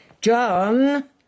John